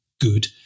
good